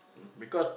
because